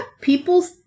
people